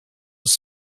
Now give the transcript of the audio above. was